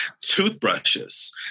toothbrushes